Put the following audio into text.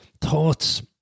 thoughts